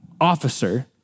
officer